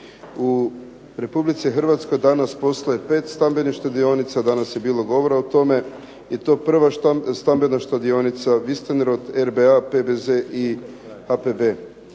U Republici Hrvatskoj danas postoji 5 stambenih štedionica, danas je bilo govora o tome i to prva Stambena štedionica Wüstenrot, RBA, PBZ i HPB.